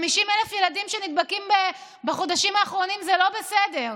50,000 ילדים שנדבקים בחודשים האחרונים זה לא בסדר.